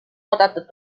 oodatud